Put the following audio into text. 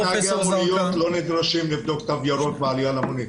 גם נהגי המוניות לא נדרשים לבדוק תו ירוק בעלייה למונית.